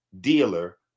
dealer